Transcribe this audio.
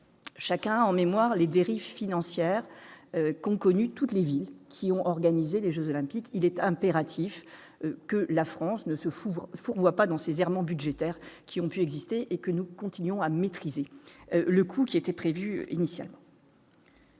chacun a en mémoire les dérives financières qu'ont connu toutes les villes qui ont organisé les Jeux olympiques, il est impératif que la France ne se fout, pourquoi pas, dans ses errements budgétaires qui ont pu exister et que nous continuons à maîtriser le coût qui était prévu initialement.